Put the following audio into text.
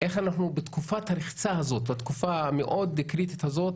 איך אנחנו בתקופה הרחצה הזאת והמאוד קריטית הזאת